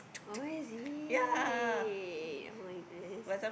oh is it [oh]-my-goodness